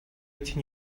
эти